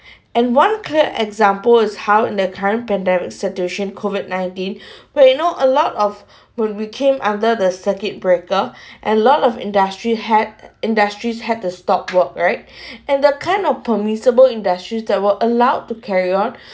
and one clear example is how in the current pandemic situation COVID nineteen where you know a lot of when we came under the circuit breaker and lot of industry had industries had the stopped work right and the kind of permissible industries that were allowed to carry on